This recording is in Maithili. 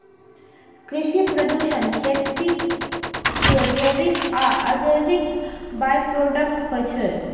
कृषि प्रदूषण खेती के जैविक आ अजैविक बाइप्रोडक्ट होइ छै